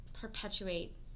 perpetuate